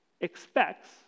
expects